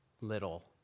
little